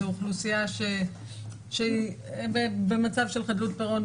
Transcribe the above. זו אוכלוסייה שהיא במצב של חדלות פירעון,